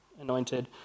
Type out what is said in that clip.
anointed